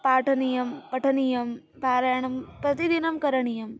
पाठनीयं पठनीयं पारायणं प्रतिदिनं करणीयम्